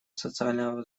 социального